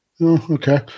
Okay